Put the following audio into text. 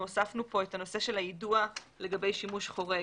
הוספנו כאן את הנושא של היידוע לגבי שימוש חורג.